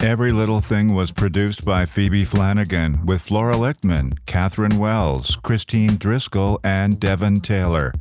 every little thing was produced by phoebe flanigan, with flora lichtman, catherine wells, christine driscoll, driscoll, and devan taylor.